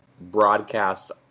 broadcast